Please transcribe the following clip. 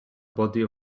body